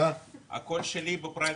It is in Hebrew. באיזו קופסה?